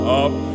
up